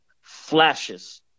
flashes